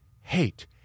hate